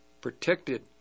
protected